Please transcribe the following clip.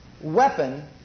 weapon